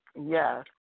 Yes